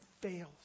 fails